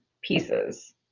pieces